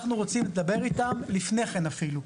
אנחנו רוצים לדבר איתם לפני כן אפילו.